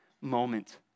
moment